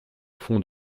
fond